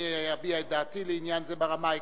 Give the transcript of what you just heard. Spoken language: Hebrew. אני אביע את דעתי לעניין זה ברמה העקרונית.